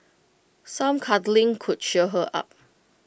some cuddling could cheer her up